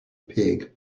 pig